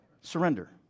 Surrender